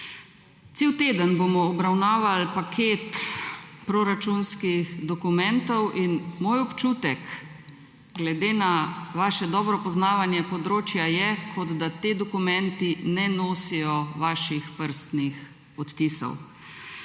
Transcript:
Cel tedne bomo obravnavali paket proračunskih dokumentov in moj občutek glede na vaše dobro poznavanje področja je, kot da ti dokumenti ne nosijo vaših prstnih odtisov.